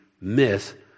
myth